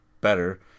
better